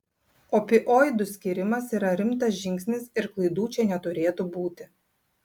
opioidų skyrimas yra rimtas žingsnis ir klaidų čia neturėtų būti